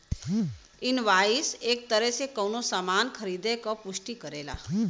invoice एक तरे से कउनो सामान क खरीदारी क पुष्टि करेला